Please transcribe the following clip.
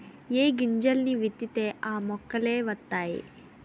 ఏ గింజల్ని విత్తితే ఆ మొక్కలే వతైయి